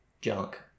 junk